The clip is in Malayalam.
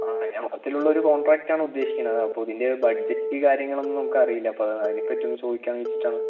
ആ ഞാൻ മൊത്തത്തിലുള്ളൊരു കോൺട്രാക്ടാണ് ഉദ്ദേശിക്കുന്നത് അപ്പോൾ ഇതിൻ്റെ ബഡ്ജറ്റ് കാര്യങ്ങളൊന്നും നമുക്കറിയില്ല അപ്പോൾ അതാണ് അതിനെപ്പറ്റിയൊന്നു ചോദിക്കാമെന്നു വച്ചിട്ടാണ്